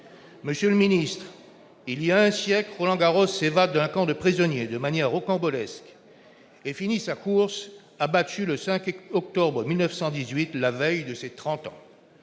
Monsieur le ministre, il y a un siècle, Roland Garros s'évade d'un camp de prisonniers, de manière rocambolesque, et finit sa course, abattu, le 5 octobre 1918, la veille de ses trente